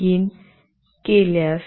begin केल्यास